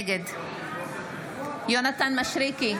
נגד יונתן מישרקי,